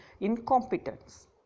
incompetence